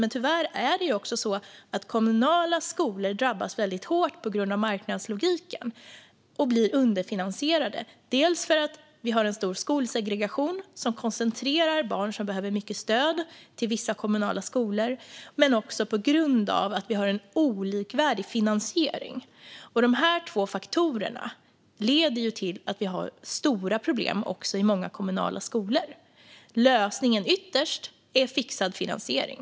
Men tyvärr är det också så att kommunala skolor drabbas väldigt hårt på grund av marknadslogiken och blir underfinansierade, dels för att vi har en stor skolsegregation som koncentrerar barn som behöver mycket stöd till vissa kommunala skolor, dels för att vi har en olikvärdig finansiering. Dessa två faktorer leder till att vi har stora problem också i många kommunala skolor. Ytterst är lösningen en fixad finansiering.